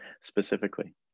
specifically